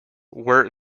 were